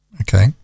Okay